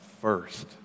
first